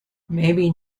maybe